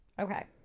Okay